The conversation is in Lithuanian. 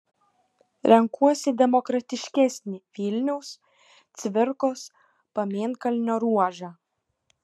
renkuosi demokratiškesnį vilniaus cvirkos pamėnkalnio ruožą